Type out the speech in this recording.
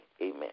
Amen